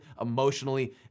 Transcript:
emotionally